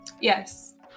yes